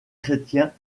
chrétiens